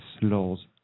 laws